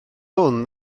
hwn